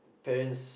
parents